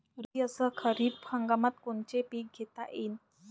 रब्बी अस खरीप हंगामात कोनचे पिकं घेता येईन?